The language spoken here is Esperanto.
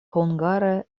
hungare